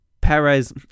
Perez